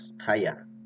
higher